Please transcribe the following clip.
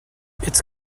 its